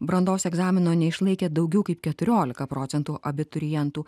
brandos egzamino neišlaikė daugiau kaip keturiolika procentų abiturientų